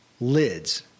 lids